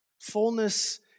fullness